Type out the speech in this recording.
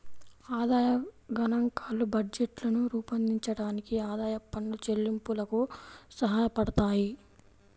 ఆదాయ గణాంకాలు బడ్జెట్లను రూపొందించడానికి, ఆదాయపు పన్ను చెల్లింపులకు సహాయపడతాయి